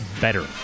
better